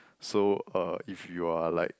so if you are like